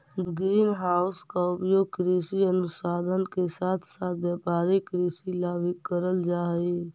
green house का उपयोग कृषि अनुसंधान के साथ साथ व्यापारिक कृषि ला भी करल जा हई